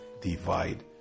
divide